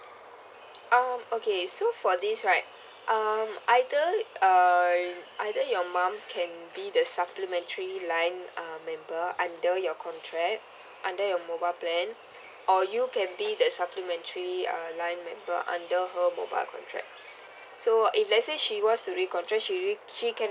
um okay so for this right um either uh either your mum can be the supplementary line uh member under your contract under your mobile plan or you cab be the supplementary uh line member under her mobile contract so if let's say she wants to recontract she really can